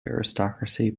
aristocracy